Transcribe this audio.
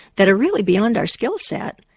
that are really beyond our skill set,